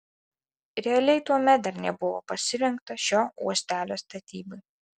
realiai tuomet dar nebuvo pasirengta šio uostelio statybai